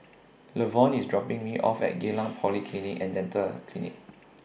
Levon IS dropping Me off At Geylang Polyclinic and Dental Clinic